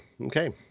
okay